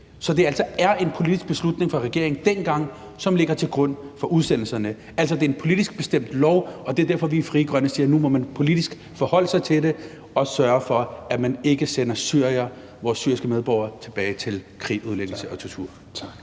så det altså er en politisk beslutning fra regeringen dengang, som ligger til grund for udsendelserne? Altså, det er en politisk bestemt lov, og det er derfor, vi i Frie Grønne siger, at man nu må forholde sig politisk til det og sørge for, at man ikke sender vores syriske medborgere tilbage til krig, ødelæggelse og tortur.